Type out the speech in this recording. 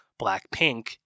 Blackpink